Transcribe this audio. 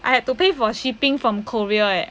I had to pay for shipping from korea eh